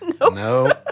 no